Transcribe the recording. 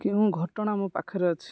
କେଉଁ ଘଟଣା ମୋ ପାଖରେ ଅଛି